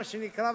מה שנקרא,